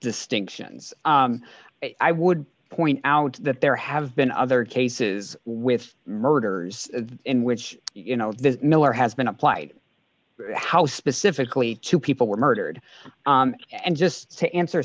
distinctions i would point out that there have been other cases with murders in which you know the miller has been applied how specifically two people were murdered and just to answer